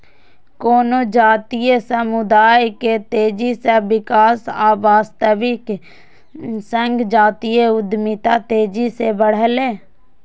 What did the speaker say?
कोनो जातीय समुदाय के तेजी सं विकास आ विस्तारक संग जातीय उद्यमिता तेजी सं बढ़लैए